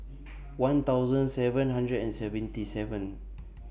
one thousand seven hundred and seventy seven